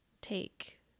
take